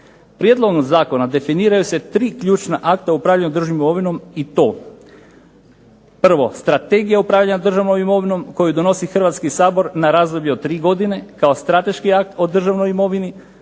Prijedlogom zakona definiraju se tri ključna akta u upravljanju državnom imovinom i to: prvo, Strategija upravljanja državnom imovinom koju donosi Hrvatski sabor na razdoblje od tri godine, kao strateški akt o državnoj imovini.